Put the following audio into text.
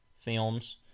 films